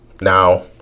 Now